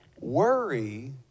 Worry